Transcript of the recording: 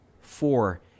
four